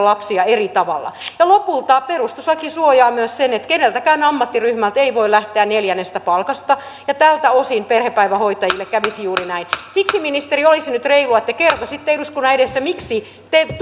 lapsia eri tavalla lopulta perustuslaki suojaa myös sen että keneltäkään ammattiryhmältä ei voi lähteä neljännestä palkasta ja tältä osin perhepäivähoitajille kävisi juuri näin siksi ministeri olisi nyt reilua että kertoisitte eduskunnan edessä miksi te